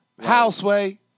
Houseway